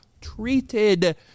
treated